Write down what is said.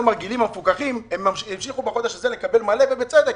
הרגילים המפוקחים הם ימשיכו בחודש הזה לקבל מלא ובצדק.